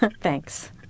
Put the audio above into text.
thanks